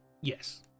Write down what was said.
Yes